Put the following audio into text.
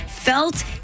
felt